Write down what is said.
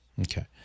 okay